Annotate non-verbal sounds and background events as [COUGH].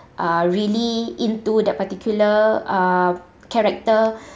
are really into that particular uh character [BREATH]